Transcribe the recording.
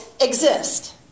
exist